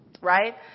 right